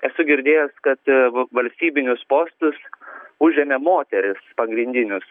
esu girdėjęs kad valstybinius postus užėmė moteris pagrindinius